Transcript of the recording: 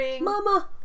mama